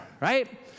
right